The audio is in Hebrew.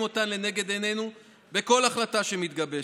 אותן לנגד עינינו בכל החלטה שמתגבשת.